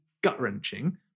gut-wrenching